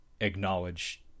acknowledge